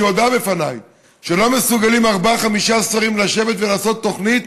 שהודה בפניי שלא מסוגלים ארבעה-חמישה שרים לשבת ולעשות תוכנית,